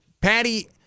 Patty